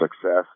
success